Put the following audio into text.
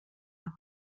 авав